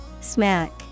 smack